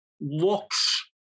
looks